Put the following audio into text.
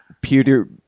Peter